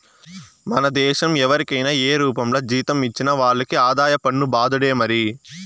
మన దేశం ఎవరికైనా ఏ రూపంల జీతం ఇచ్చినా వాళ్లకి ఆదాయ పన్ను బాదుడే మరి